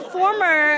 former